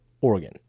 Oregon